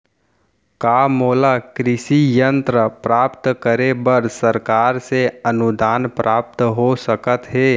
का मोला कृषि यंत्र प्राप्त करे बर सरकार से अनुदान प्राप्त हो सकत हे?